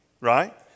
right